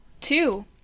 Two